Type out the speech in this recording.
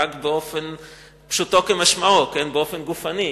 רק פשוטו כמשמעו, באופן גופני.